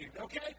okay